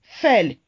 fell